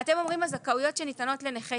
הרי אתם אומרים הזכאויות שניתנות לנכי